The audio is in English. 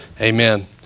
Amen